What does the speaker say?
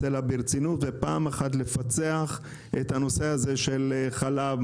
אליו ברצינות ופעם אחת לפצח את הנושא הזה של חלב,